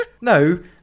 No